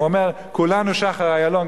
הוא אומר "כולנו שחר איילון",